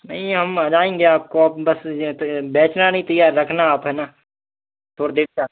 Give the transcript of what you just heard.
नहीं हम आ जाएंगे आपको बस बेचना नहीं तैयार रखना आप है ना थोड़ देर में आते